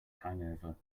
hangover